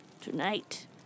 Tonight